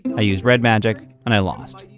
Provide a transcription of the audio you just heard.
i use red magic and i lost.